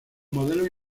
modelos